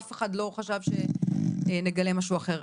אף אחד לא חשב שנגלה משהו אחר.